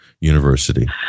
University